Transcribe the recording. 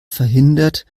verhindert